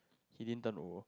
he didn't turn old